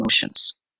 emotions